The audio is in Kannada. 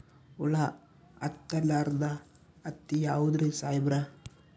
ಹುಳ ಹತ್ತಲಾರ್ದ ಹತ್ತಿ ಯಾವುದ್ರಿ ಸಾಹೇಬರ?